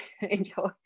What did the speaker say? enjoy